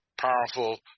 powerful